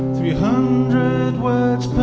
three hundred words